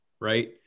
right